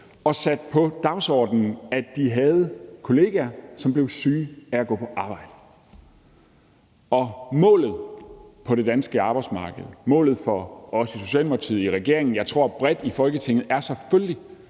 har sat på dagsordenen, at de havde kollegaer, som blev syge af at gå på arbejde. Målet på det danske arbejdsmarked, målet for os i Socialdemokratiet, i regeringen og, tror jeg, bredt i Folketinget er selvfølgelig,